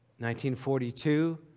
1942